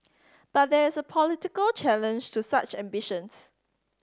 but there is a political challenge to such ambitions